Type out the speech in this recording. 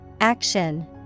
Action